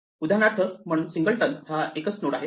तर उदाहरणार्थ म्हणून सिंगल टन हा एकच नोड आहे